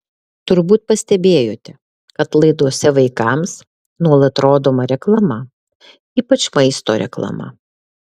turbūt pastebėjote kad laidose vaikams nuolat rodoma reklama ypač maisto reklama